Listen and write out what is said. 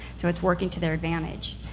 so it's working to their advantage.